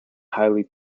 highly